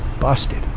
busted